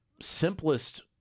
simplest